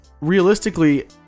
realistically